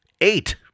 Eight